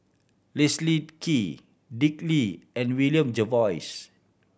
Leslie Kee Dick Lee and William Jervois